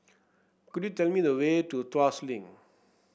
could you tell me the way to Tuas Link